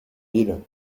ville